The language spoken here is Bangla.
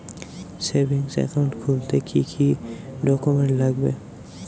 সেভিংস একাউন্ট খুলতে কি কি ডকুমেন্টস লাগবে?